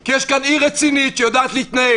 כי יש כאן עיר רצינית, שיודעת להתנהל.